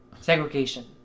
Segregation